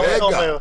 למה אתה אומר?